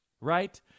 right